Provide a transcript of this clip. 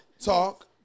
talk